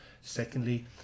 secondly